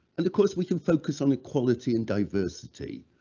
and of course we can focus on equality and diversity,